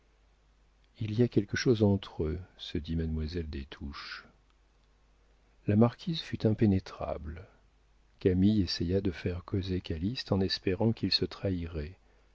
il y a quelque chose entre eux se dit mademoiselle des touches la marquise fut impénétrable camille essaya de faire causer calyste en espérant qu'il se trahirait